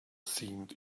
seemed